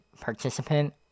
participant